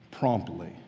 Promptly